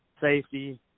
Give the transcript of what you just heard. safety